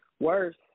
worse